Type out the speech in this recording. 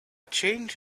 change